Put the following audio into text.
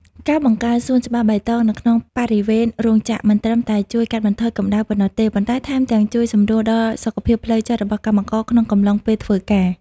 ការបង្កើតសួនច្បារបៃតងនៅក្នុងបរិវេណរោងចក្រ មិនត្រឹមតែជួយកាត់បន្ថយកម្ដៅប៉ុណ្ណោះទេ ប៉ុន្តែថែមទាំងជួយសម្រួលដល់សុខភាពផ្លូវចិត្តរបស់កម្មករក្នុងកំឡុងពេលធ្វើការ។